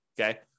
okay